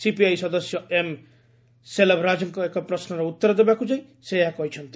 CPI ସଦସ୍ୟ M ସେଲଭରାଜଙ୍କ ଏକ ପ୍ରଶ୍ନର ଉତ୍ତର ଦେବାକୁ ଯାଇ ସେ ଏହା କହିଛନ୍ତି